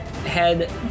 head